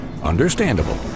Understandable